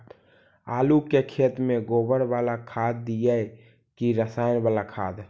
आलू के खेत में गोबर बाला खाद दियै की रसायन बाला खाद?